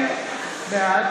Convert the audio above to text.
בעד